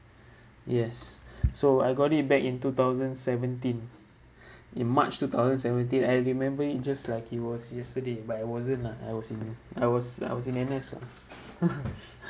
yes so I got it back in two-thousand-seventeen in march two-thousand-seventeen and I remember it just like it was yesterday but it wasn't lah I was in I was I was in N_S lah